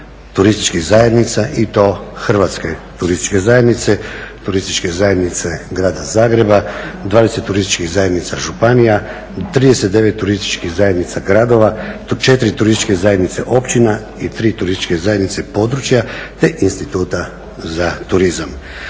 turističkih zajednica i to Hrvatske turističke zajednice, Turističke zajednice Grada Zagreba, 20 turističkih zajednica županija, 39 turističkih zajednica gradova, 4 turističke zajednice općina i 3 turističke zajednice područja te Instituta za turizam.